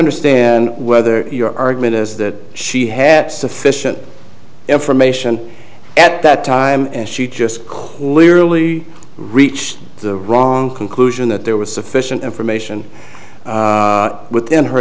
understand whether your argument is that she had sufficient information at that time and she just coolly really reached the wrong conclusion that there was sufficient information within her